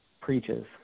Preaches